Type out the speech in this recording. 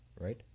Right